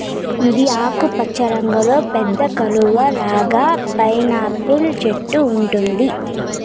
ఇది ఆకుపచ్చ రంగులో పెద్ద కలువ లాగా పైనాపిల్ చెట్టు ఉంటుంది